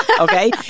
okay